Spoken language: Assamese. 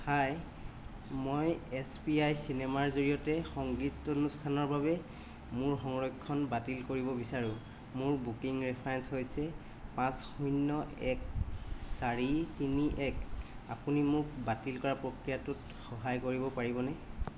হাই মই এছ পি আই চিনেমাৰ জৰিয়তে সংগীতানুষ্ঠানৰ বাবে মোৰ সংৰক্ষণ বাতিল কৰিব বিচাৰোঁ মোৰ বুকিং ৰেফাৰেন্স হৈছে পাঁচ শূণ্য এক চাৰি তিনি এক আপুনি মোক বাতিল কৰা প্ৰক্ৰিয়াটোত সহায় কৰিব পাৰিবনে